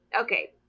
okay